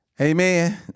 Amen